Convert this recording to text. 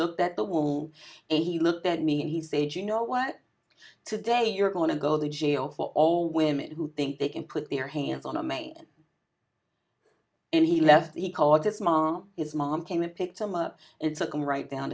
looked at the wall and he looked at me and he's age you know what today you're going to go to jail for all women who think they can put their hands on a mate and he left he called his mom is mom came and picked him up and circle right down